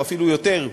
או אפילו יותר,